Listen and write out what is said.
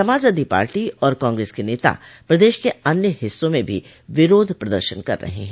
Samajwadi party और कांग्रेस के नेता प्रदेश के अन्य हिस्सों में भी विरोध प्रदर्शन कर रहे हैं